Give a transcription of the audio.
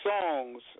songs